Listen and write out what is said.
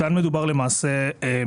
משתנים.